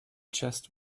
chest